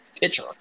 pitcher